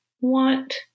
want